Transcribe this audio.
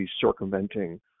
circumventing